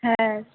হ্যাঁ